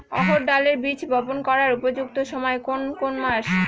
অড়হড় ডালের বীজ বপন করার উপযুক্ত সময় কোন কোন মাস?